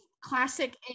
classic